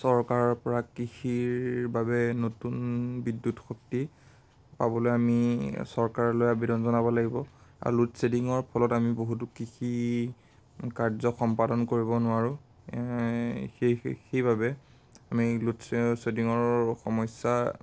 চৰকাৰৰ পৰা কৃষিৰ বাবে নতুন বিদ্যুৎ শক্তি পাবলৈ আমি চৰকাৰলৈ আবেদন জনাব লাগিব আৰু লোড শ্বেডিঙৰ ফলত আমি বহুতো কৃষি কাৰ্য সম্পাদন কৰিব নোৱাৰোঁ সেই সেই সেইবাবে আমি লোড শ্বেডিঙৰ সমস্যা